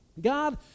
God